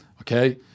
Okay